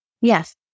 Yes